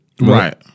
Right